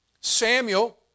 Samuel